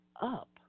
up